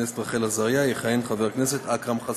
הכנסת רחל עזריה יכהן חבר הכנסת אכרם חסון.